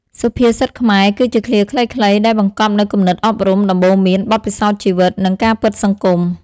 សុភាសិតខ្មែរ គឺជាឃ្លាខ្លីៗដែលបង្កប់នូវគំនិតអប់រំ ដំបូន្មាន បទពិសោធន៍ជីវិត និងការពិតសង្គម។